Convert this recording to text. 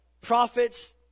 prophets